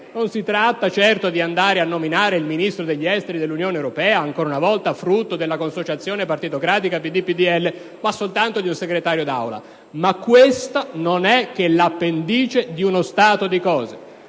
Non si tratta certo di andare a nominare il Ministro degli esteri dell'Unione europea, ancora una volta frutto della consociazione partitocratica tra PD e PdL, ma soltanto un Segretario d'Aula. Ma questa non è che l'appendice di uno stato di cose.